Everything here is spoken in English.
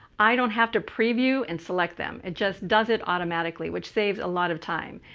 i don't have to preview and select them, it just does it automatically, which saves a lot of time.